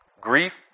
grief